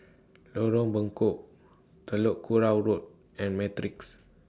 Lorong Bengkok Telok Kurau Road and Matrix